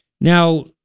Now